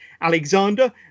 Alexander